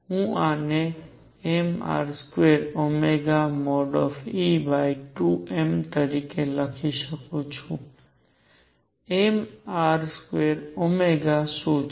હું આને mR2e2m તરીકે લખી શકું છું mR2 શું છે